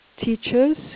teachers